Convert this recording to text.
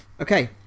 Okay